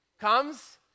Comes